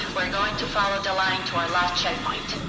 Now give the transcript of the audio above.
we're going to follow the line to our last checkpoint,